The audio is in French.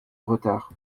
retard